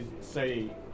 say